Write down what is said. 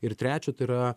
ir trečia tai yra